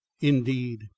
indeed